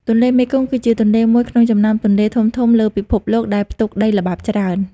ទន្លេមេគង្គគឺជាទន្លេមួយក្នុងចំណោមទន្លេធំៗលើពិភពលោកដែលផ្ទុកដីល្បាប់ច្រើន។